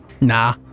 Nah